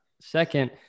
Second